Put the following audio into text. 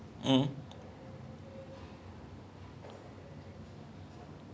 then pioneer junior college is literally down the road from choa chu kang secondary